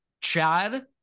chad